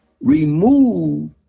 remove